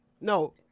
No